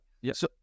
Yes